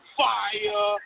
fire